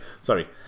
Sorry